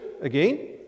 again